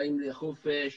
באים לחופש,